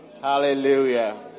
Hallelujah